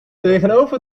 tegenover